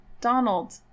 Donald